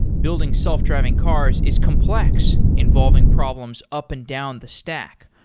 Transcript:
building self-driving cars is complex involving problems up and down the stack.